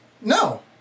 No